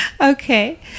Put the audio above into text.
Okay